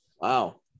Wow